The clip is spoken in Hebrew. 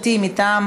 ריבית על יתרת זכות),